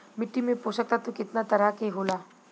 मिट्टी में पोषक तत्व कितना तरह के होला?